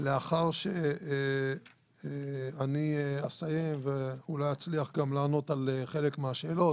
לאחר שאני אסיים ואולי אצליח גם לענות על חלק מהשאלות,